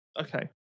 Okay